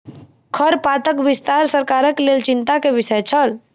खरपातक विस्तार सरकारक लेल चिंता के विषय छल